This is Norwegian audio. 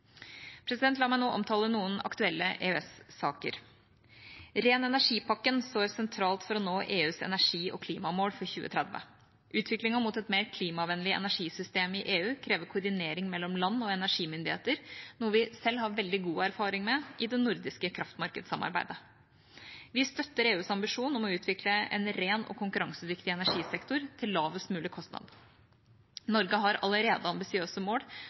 La meg nå omtale noen aktuelle EØS-saker. Ren energi-pakken står sentralt for å nå EUs energi- og klimamål for 2030. Utviklingen mot et mer klimavennlig energisystem i EU krever koordinering mellom land og energimyndigheter, noe vi selv har veldig god erfaring med fra det nordiske kraftmarkedsamarbeidet. Vi støtter EUs ambisjon om å utvikle en ren og konkurransedyktig energisektor til lavest mulig kostnad. Norge har allerede ambisiøse mål